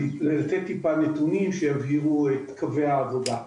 ולתת טיפה נתונים שיבהירו את קווי העבודה.